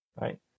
right